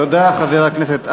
תודה, חבר הכנסת אייכלר.